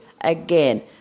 Again